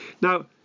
Now